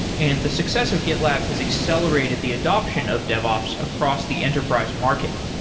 and the success of gitlab has accelerated the adoption of dev ops across the enterprise market.